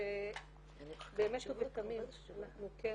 שבאמת ובתמים אנחנו כן